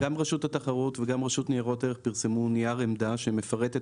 גם רשות התחרות וגם רשות ניירות ערך פרסמו נייר עמדה שמפרט את